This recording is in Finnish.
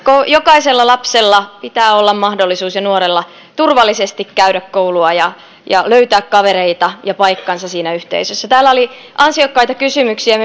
jokaisella lapsella ja nuorella pitää olla mahdollisuus turvallisesti käydä koulua ja ja löytää kavereita ja paikkansa siinä yhteisössä täällä oli ansiokkaita kysymyksiä